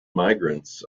migrants